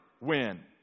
win